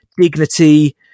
dignity